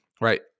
right